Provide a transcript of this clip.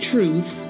Truth